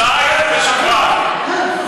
בדאי, ושקרן.